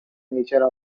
nature